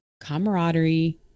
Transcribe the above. camaraderie